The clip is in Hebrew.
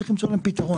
צריך למצוא להם פתרון.